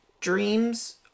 dreams